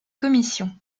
commission